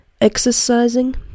exercising